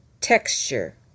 Texture